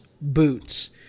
Boots